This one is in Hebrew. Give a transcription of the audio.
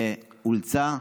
שאולצה,